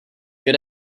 good